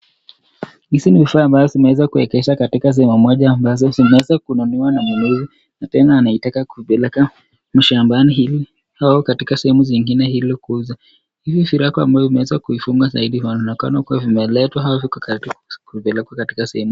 Hizi ni vifaa ambazo zimeweza kuwekezwa katika sehemu moja ambazo zimeweza kununuliwa na mnunuzi na tena anaitaka kupeleka mashambani au katika sehemu zingine ili kuuzwa. Hivi virago ambazo zimeweza kuifunga zaidi vinaonekana kuwa vimeletwa au viko karibu kupelekwa katika sehemu.